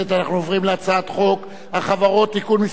אנחנו עוברים להצעת חוק החברות (תיקון מס'